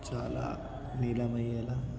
చాలా లీలమయ్యేలాగా